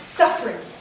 suffering